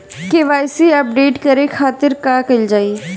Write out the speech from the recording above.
KYC update करे के खातिर का कइल जाइ?